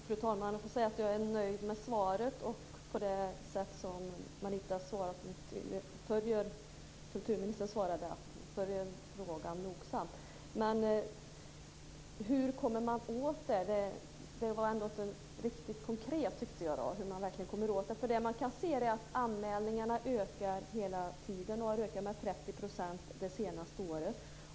Fru talman! Jag är nöjd med svaret. Kulturminister Marita Ulvskog svarade att hon följer frågan nogsamt. Hur kommer man åt detta? Det sades inte något riktigt konkret om hur det går att komma åt detta. Anmälningarna har ökat med 30 % det senaste året.